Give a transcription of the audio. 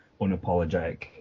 unapologetic